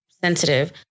sensitive